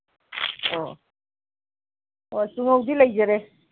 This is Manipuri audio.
ꯑꯣ ꯑꯣ ꯆꯨꯉꯧꯗꯤ ꯂꯩꯖꯔꯦ